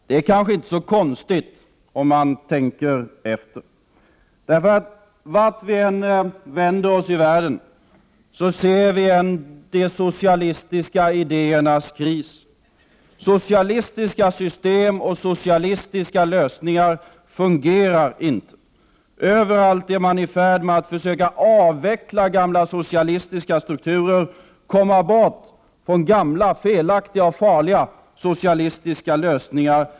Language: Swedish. Det kanske inte är så konstigt, om man tänker efter. Vart vi än vänder oss i världen ser vi nämligen en de socialistiska idéernas kris. Socialistiska system och socialistiska lösningar fungerar inte. Överallt är man i färd med att försöka avveckla gamla socialistiska strukturer och komma bort från gamla, felaktiga och farliga socialistiska lösningar.